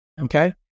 Okay